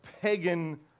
pagan